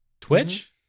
Twitch